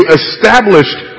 established